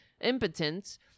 impotence